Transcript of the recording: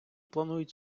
планують